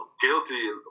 guilty